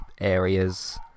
areas